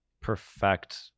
perfect